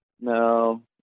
No